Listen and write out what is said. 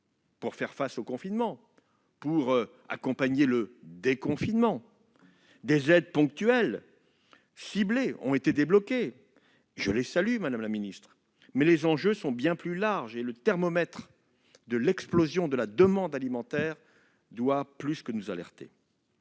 pour faire face au confinement et pour accompagner le déconfinement ; des aides ponctuelles ciblées ont été débloquées. Je les salue, mais les enjeux sont bien plus larges, et le thermomètre de l'explosion de la demande alimentaire doit plus que nous alerter.